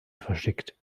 verschickt